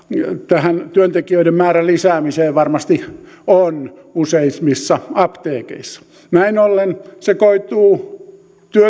tähän työntekijöiden määrän lisäämisen varmasti on useimmissa apteekeissa näin ollen se koituu